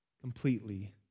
completely